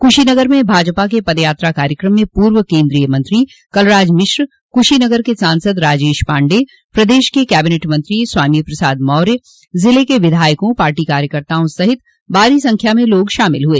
कुशीनगर में भाजपा के पदयात्रा कार्यकम में पूर्व केन्द्रीय मंत्री कलराज मिश्र कुशीनगर के सांसद राजेश पाण्डेय प्रदेश के कैबिनेट मंत्री स्वामी प्रसाद मौर्य जिले के विधायकों पार्टी कार्यकर्ताओं सहित भारी संख्या में लोग शामिल हुए